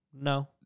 No